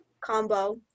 combo